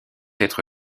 être